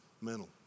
mental